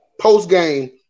post-game